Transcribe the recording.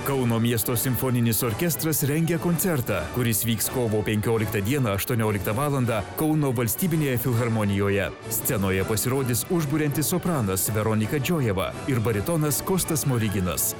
kauno miesto simfoninis orkestras rengia koncertą kuris vyks kovo penkioliktą dieną aštuonioliktą valandą kauno valstybinėje filharmonijoje scenoje pasirodys užburiantis sopranas veronika džiojeva ir baritonas kostas smoriginas